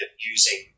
using